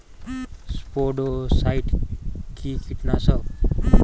স্পোডোসাইট কি কীটনাশক?